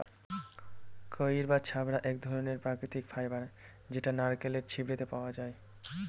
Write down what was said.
কইর বা ছবড়া এক ধরনের প্রাকৃতিক ফাইবার যেটা নারকেলের ছিবড়েতে পাওয়া যায়